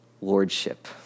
lordship